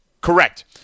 Correct